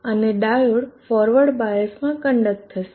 અને diode forward બાયસમાં conduct થશે